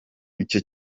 icyo